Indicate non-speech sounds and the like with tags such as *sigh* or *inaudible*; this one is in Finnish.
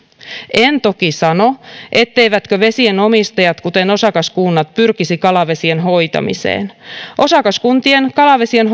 en toki sano etteivätkö vesien omistajat kuten osakaskunnat pyrkisi kalavesien hoitamiseen osakaskuntien kalavesien *unintelligible*